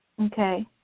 Okay